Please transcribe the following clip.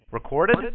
Recorded